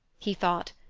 he thought,